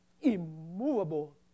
immovable